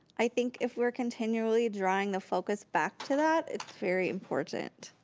i think if we're continually drawing the focus back to that, it's very important.